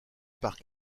par